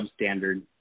substandard